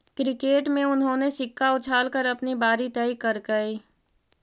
cricket में उन्होंने सिक्का उछाल कर अपनी बारी तय करकइ